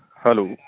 hello